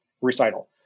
recital